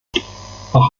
auch